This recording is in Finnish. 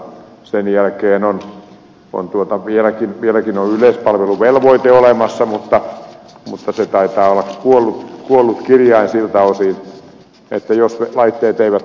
sen jälkeen vieläkin on yleispalveluvelvoite olemassa mutta se taitaa olla kuollut kirjain siltä osin että jos laitteet eivät toimi niin ne eivät toimi